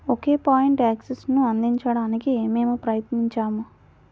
ఒకే point యాక్సెస్ను అందించడానికి మేము ప్రయత్నించాము